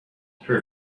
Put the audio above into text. her